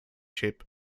shape